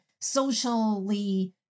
socially